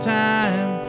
time